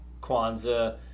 Kwanzaa